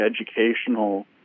educational